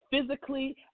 Physically